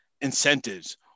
incentives